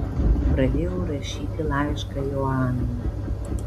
pradėjau rašyti laišką joanai